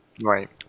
Right